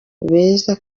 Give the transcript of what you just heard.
beza